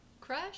crush